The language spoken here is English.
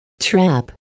Trap